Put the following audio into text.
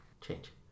change